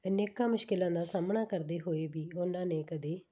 ਅਨੇਕਾਂ ਮੁਸ਼ਕਲਾਂ ਦਾ ਸਾਹਮਣਾ ਕਰਦੇ ਹੋਏ ਵੀ ਉਹਨਾਂ ਨੇ ਕਦੇ